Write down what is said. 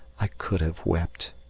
i could have wept.